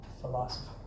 philosophy